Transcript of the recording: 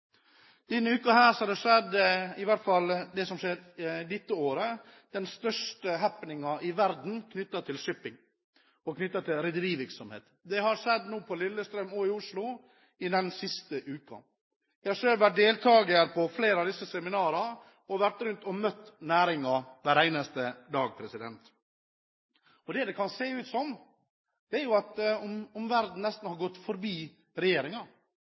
Denne uken har den største happening i verden knyttet til shipping og rederivirksomhet skjedd – i alle fall dette året. Det har skjedd på Lillestrøm og i Oslo den siste uken. Jeg har selv vært deltager på flere av disse seminarene, og vært rundt og møtt næringen hver eneste dag. Det kan se ut som om verden nesten har gått forbi regjeringen, for det er klart at når man ikke følger opp det som har